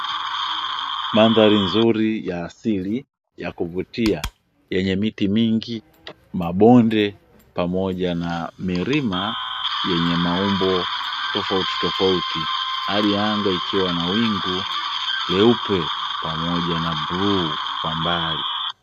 Mandhari nzuri ya asili ya kuvutia, yenye miti mingi, mabonde pamoja na milima yenye maumbo tofauti tofauti, hali ya anga ikiwa na wingu leupe pamoja na bluu kwa mbali.